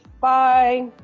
Bye